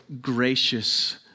gracious